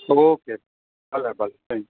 okay ભલે ભલે thank you